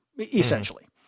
essentially